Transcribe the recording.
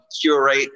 curate